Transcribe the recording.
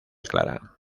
clara